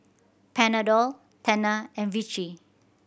Panadol Tena and Vichy